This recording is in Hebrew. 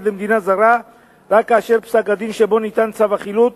למדינה זרה רק כאשר פסק-הדין שבו ניתן צו החילוט